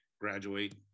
graduate